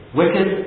wicked